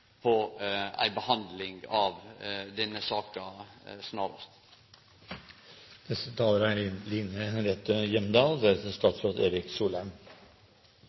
på ei behandling av denne saka